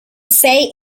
say